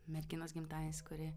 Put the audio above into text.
merginos gimtadienis kuri